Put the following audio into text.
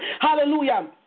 hallelujah